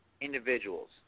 individuals